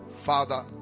Father